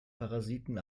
parasiten